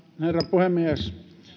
puhemies